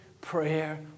prayer